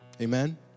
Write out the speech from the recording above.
Amen